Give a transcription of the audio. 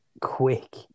quick